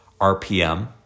RPM